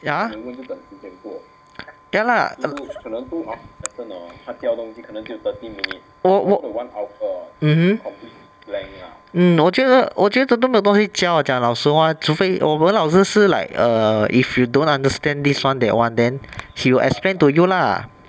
ya ya lah 我我 mmhmm mm 我觉得我觉得真的没有东西教 lah 讲老实话除非我们老师是 like err if you don't understand this one that one then she will explain to you lah